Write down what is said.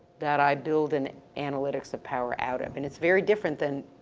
that i build in analytics of power out of. and it's very different and